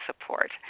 support